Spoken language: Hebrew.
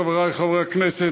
חברי חברי הכנסת,